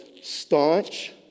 staunch